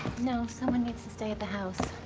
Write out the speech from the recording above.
no. someone needs to stay at the house.